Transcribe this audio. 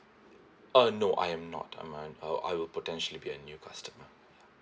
uh no I'm not I'm a I I will potentially be a new customer